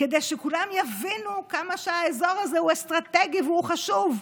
כדי שכולם יבינו כמה האזור הזה הוא אסטרטגי והוא חשוב.